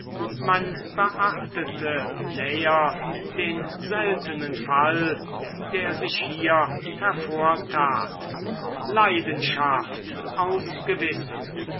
man beachtete näher den seltenen fall der sich hier hervortat leidenschaft aus gewissen